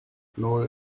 nan